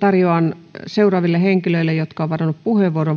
tarjoan tässä vaiheessa vastauspuheenvuoron niille henkilöille jotka ovat varanneet puheenvuoron